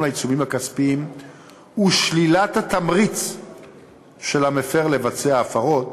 העיצומים הכספיים הוא שלילת התמריץ של המפר לבצע הפרות,